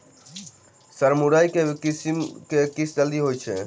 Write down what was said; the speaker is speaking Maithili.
सर मुरई केँ किसिम केँ सबसँ जल्दी होइ छै?